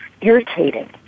irritating